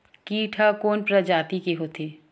कीट ह कोन प्रजाति के होथे?